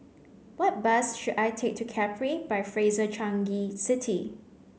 what bus should I take to Capri by Fraser Changi City